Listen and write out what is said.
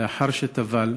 לאחר שטבל